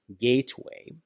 gateway